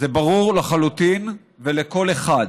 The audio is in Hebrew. זה ברור לחלוטין ולכל אחד.